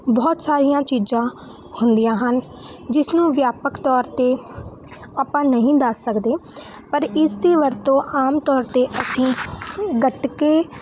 ਬਹੁਤ ਸਾਰੀਆਂ ਚੀਜ਼ਾਂ ਹੁੰਦੀਆਂ ਹਨ ਜਿਸ ਨੂੰ ਵਿਆਪਕ ਤੌਰ 'ਤੇ ਆਪਾਂ ਨਹੀਂ ਦੱਸ ਸਕਦੇ ਪਰ ਇਸ ਦੀ ਵਰਤੋਂ ਆਮ ਤੌਰ 'ਤੇ ਅਸੀਂ ਗਤਕੇ